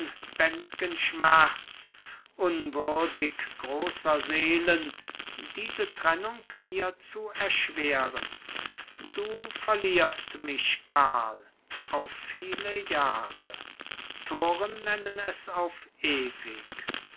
unbändgen schmerz unwürdig großer seelen diese trennung mir zu erschweren du verlierst mich karl auf viele jahre toren nennen es auf ewig